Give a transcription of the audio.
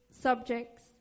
subjects